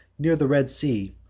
near the red sea,